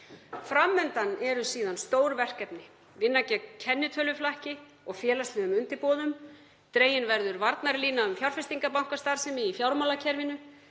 Fram undan eru stór verkefni til að vinna gegn kennitöluflakki og félagslegum undirboðum. Dregin verður varnarlína um fjárfestingarbankastarfsemi í fjármálakerfinu.